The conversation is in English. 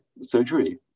surgery